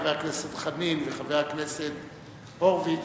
חבר הכנסת חנין וחבר הכנסת הורוביץ,